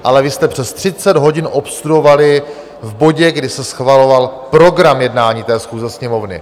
Ale vy jste přes třicet hodin obstruovali v bodě, kdy se schvaloval program jednání schůze Sněmovny.